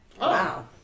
Wow